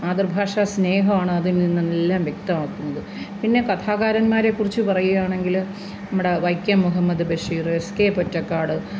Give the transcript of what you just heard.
മാതൃഭാഷ സ്നേഹമാണ് അതിൽനിന്നെല്ലാം വ്യക്തമാക്കുന്നത് പിന്നെ കഥാകാരന്മാരെക്കുറിച്ച് പറയുകയാണെങ്കില് നമ്മടെ വൈക്കം മുഹമ്മദ് ബഷീര് എസ് കെ പൊറ്റക്കാട്